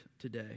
today